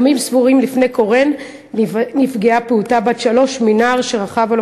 ימים ספורים לפני קורן נפגעה פעוטה בת שלוש מנער שרכב על